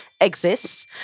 exists